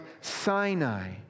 Sinai